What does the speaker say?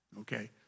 Okay